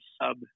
sub